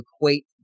equate